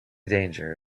danger